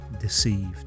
deceived